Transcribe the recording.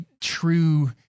true